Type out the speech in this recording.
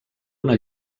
una